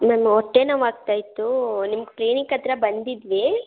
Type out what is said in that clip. ನನ್ನ ಹೊಟ್ಟೆ ನೋವು ಆಗ್ತಾ ಇತ್ತು ನಿಮ್ಮ ಕ್ಲಿನಿಕ್ ಹತ್ರ ಬಂದಿದ್ವಿ